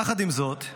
יחד עם זאת,